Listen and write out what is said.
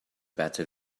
better